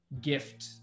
gift